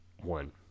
one